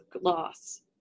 loss